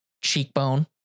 cheekbone